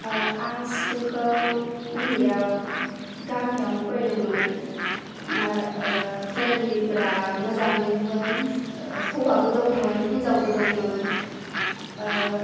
आं स्कुलखौ उन्दैयाव गामियावनो फरायदोंमोन फोरोंगिरिफोरा मोजाङैनोमोन हौवाबो दंमोन हिनजावबो दंमोन